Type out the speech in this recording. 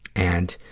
and,